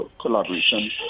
collaboration